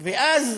ואז,